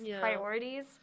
priorities